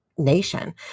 nation